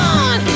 on